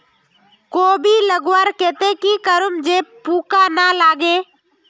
कोबी लगवार केते की करूम जे पूका ना लागे?